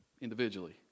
individually